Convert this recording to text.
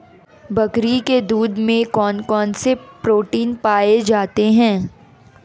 बकरी के दूध में कौन कौनसे प्रोटीन पाए जाते हैं?